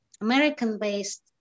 American-based